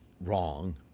wrong